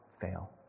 fail